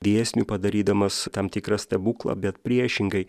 dėsnių padarydamas tam tikrą stebuklą bet priešingai